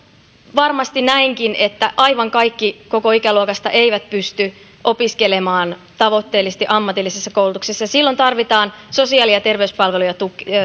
varmasti näinkin että aivan kaikki koko ikäluokasta eivät pysty opiskelemaan tavoitteellisesti ammatillisessa koulutuksessa ja silloin tarvitaan sosiaali ja terveyspalveluja